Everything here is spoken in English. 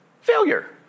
Failure